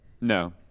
No